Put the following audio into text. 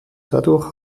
dadurch